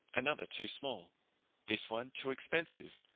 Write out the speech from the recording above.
another too small this one too expensive,